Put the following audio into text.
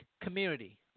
community